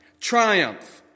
triumph